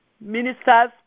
ministers